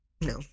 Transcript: No